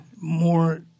more